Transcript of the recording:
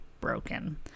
broken